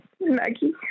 Maggie